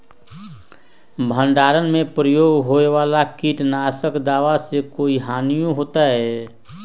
भंडारण में प्रयोग होए वाला किट नाशक दवा से कोई हानियों होतै?